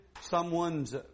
someone's